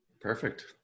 Perfect